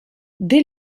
dès